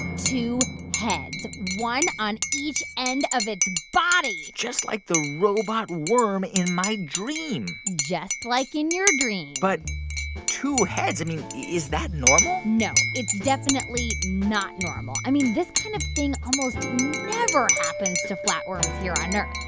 two heads one on each end of its body just like the robot worm in my dream just like in your dream but two heads i mean, is that normal? no, it's definitely not normal. i mean, this kind of thing almost never happens to flatworms here on earth.